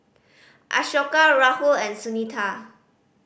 Ashoka Rahul and Sunita